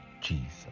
Jesus